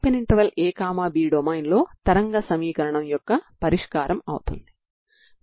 Ancos 2n1πc2L tBnsin 2n1πc2L t కూడా పరిష్కారం అవుతుంది సరేనా